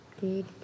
Good